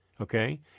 okay